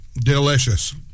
delicious